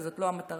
כי זאת לא המטרה.